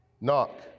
Knock